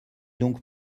donc